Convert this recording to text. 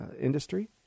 industry